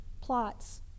plots